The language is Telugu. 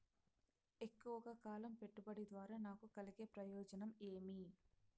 ఎక్కువగా కాలం పెట్టుబడి ద్వారా నాకు కలిగే ప్రయోజనం ఏమి?